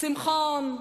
שמחון,